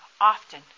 often